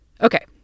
Okay